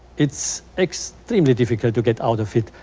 it's extremely difficult to get out of it.